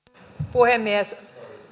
puhemies